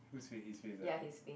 whose face his face ah